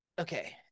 okay